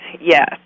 Yes